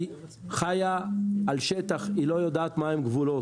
היא חיה על שטח, היא לא יודעת מהם גבולות.